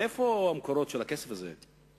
מה המקורות של הכסף הזה?